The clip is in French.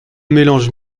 mélange